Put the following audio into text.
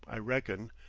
i reckon,